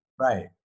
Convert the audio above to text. Right